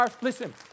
Listen